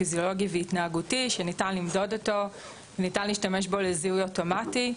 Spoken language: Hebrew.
פיזיולוגי והתנהגותי שניתן למדוד אותו וניתן להשתמש בו לזיהוי אוטומטי,